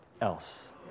else